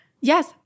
Yes